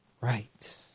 right